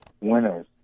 winners